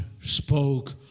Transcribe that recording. spoke